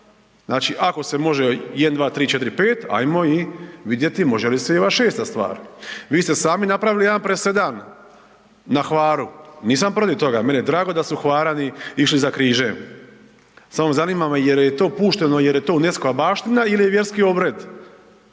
Znači, ako se može 1, 2, 3, 4, 5, ajmo i vidjeti i može li se i ova 6 stvar. Vi ste sami napravili jedan presedan na Hvaru. Nisam protiv toga, meni je drago da su Hvarani išli za križem, samo zanima me jel je to pušteno jer je to UNESCO-va baština ili vjerski obred.